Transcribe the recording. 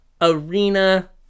Arena